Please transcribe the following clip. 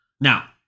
Now